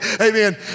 Amen